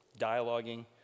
dialoguing